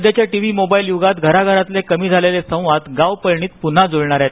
सध्याच्या TV mobile युगात घराघरातलेकमी झालेले संवाद गावपळणीत प्न्हा जुळणार आहेत